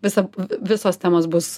visa visos temos bus